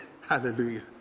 hallelujah